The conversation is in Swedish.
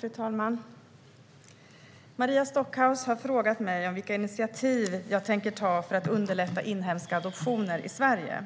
Fru talman! Maria Stockhaus har frågat mig vilka initiativ jag tänker ta för att underlätta inhemska adoptioner i Sverige.